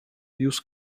use